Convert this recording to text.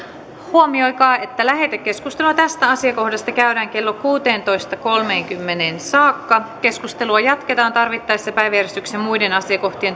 huomioikaa että lähetekeskustelua tästä asiakohdasta käydään kello kuusitoista kolmekymmentä saakka keskustelua jatketaan tarvittaessa päiväjärjestyksen muiden asiakohtien